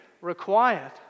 required